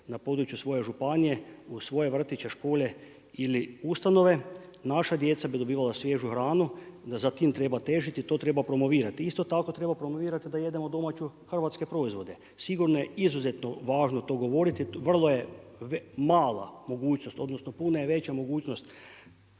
na području svoje županije, u svoje vrtiće, škole ili ustanove. Naša djeca bi dobila svježu hranu, za tim treba težiti, to treba promovirati. Isto tako, treba promovirati da jedemo domaće hrvatske proizvode, sigurne. Izuzetno je važno to govoriti, vrlo je mala mogućnost, odnosno puno je veća mogućnost